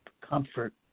comfort